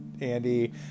Andy